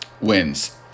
wins